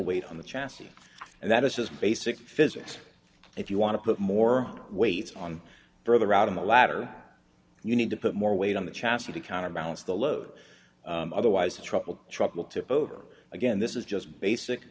weight on the chassis and that is just basic physics if you want to put more weights on further out on the ladder you need to put more weight on the chassis to counterbalance the load otherwise trouble trouble tip over again this is just basic